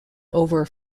over